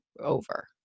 over